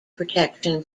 protection